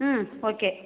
ம் ஓகே